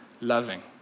loving